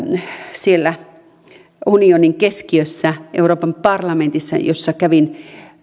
siellä euroopan unionin keskiössä euroopan parlamentissa jossa kävin